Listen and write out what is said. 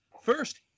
first